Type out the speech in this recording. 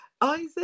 Isaac